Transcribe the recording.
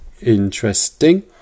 Interesting